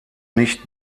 nicht